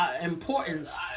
importance